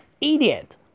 idiot